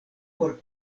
por